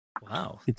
Wow